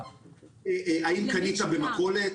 האם קניתי במכולת?